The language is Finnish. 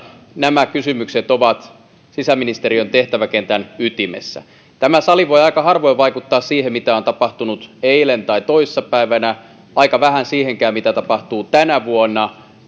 nämä kysymykset ovat sisäministeriön tehtäväkentän ytimessä tämä sali voi aika harvoin vaikuttaa siihen mitä on tapahtunut eilen tai toissa päivänä aika vähän siihenkään mitä tapahtuu tänä vuonna